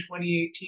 2018